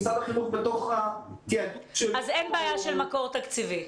משרד החינוך בתעדוף של --- אז אין בעיה של מקור תקציבי.